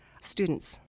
students